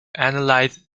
analyse